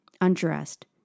undressed